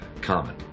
common